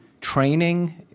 training –